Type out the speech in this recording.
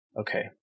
okay